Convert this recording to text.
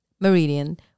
meridian